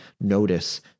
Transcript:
notice